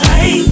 Hey